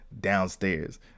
Downstairs